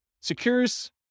secures